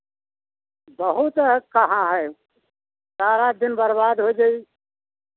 बहुत कहाँ है सारा दिन बर्बाद होइ जाई